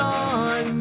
on